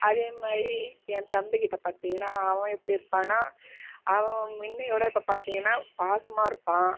அதே மாரி என் தம்பி கிட்ட பார்த்திங்கன்னா அவன் எப்படி இருப்பானா அவன் முன்னயோட இப்போ பார்த்திங்கன்னா பாசமாக இருப்பான்